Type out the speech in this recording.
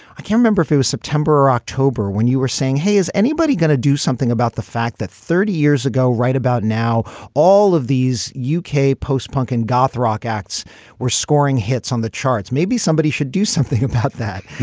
i can remember if it was september or october when you were saying hey is anybody going to do something about the fact that thirty years ago right about now all of these uk post punk and goth rock acts were scoring hits on the charts. maybe somebody should do something about that.